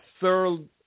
third